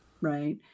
Right